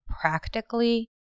practically